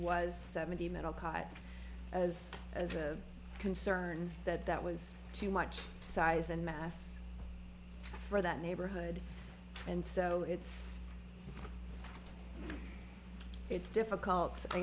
was seventy men all caught as as a concern that that was too much size and mass for that neighborhood and so it's it's difficult